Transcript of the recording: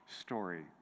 story